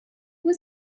was